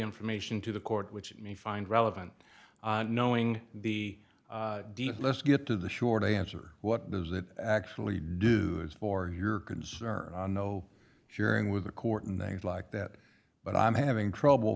information to the court which it may find relevant knowing the let's get to the short answer what does that actually do for your concern no sharing with the court and things like that but i'm having trouble